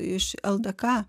iš ldk